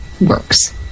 works